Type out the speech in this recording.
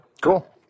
Cool